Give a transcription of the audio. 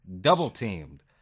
Double-teamed